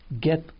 get